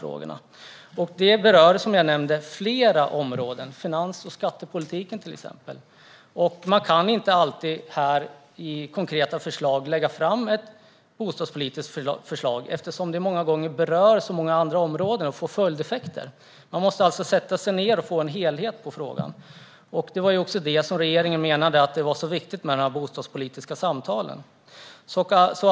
Som jag sa tidigare berör detta flera områden, till exempel finans och skattepolitiken. Man kan inte alltid lägga fram konkreta bostadspolitiska förslag eftersom de många gånger berör så många andra områden och får följdeffekter. Man måste sätta sig ned och få en överblick över frågan. Det var ju av detta skäl som regeringen tyckte att de bostadspolitiska samtalen var så viktiga.